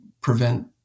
prevent